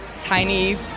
tiny